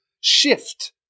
shift